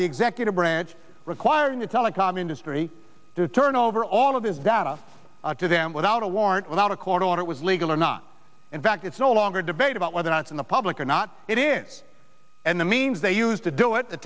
the executive branch requiring the telecom industry to turn over all of this data to them without a warrant without a court order it was legal or not in fact it's no longer a debate about whether or not it's in the public or not it is and the means they used to do it t